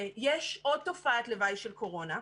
יש עוד תופעת לוואי של קורונה.